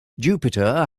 jupiter